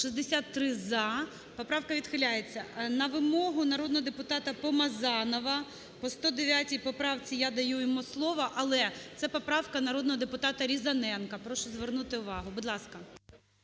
За-63 Поправка відхиляється. На вимогу народного депутата Помазанова по 109 поправці я даю йому слово, але це поправка народного депутата Різаненка, прошу звернути увагу. Будь ласка.